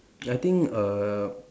I think err